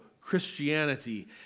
Christianity